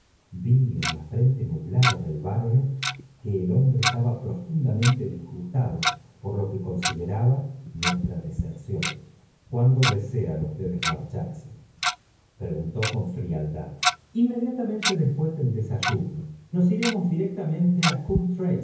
en la frente nublada del baronet jiir el hombre estaba profundamente disgustado por lo que consideraba nuestra deserción cuándo desean ustedes marcharse preguntó con frialdad inmediafcamem degniipo j a i iremos directamente á